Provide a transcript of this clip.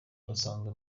udasanzwe